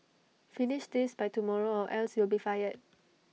finish this by tomorrow or else you'll be fired